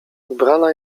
ubrana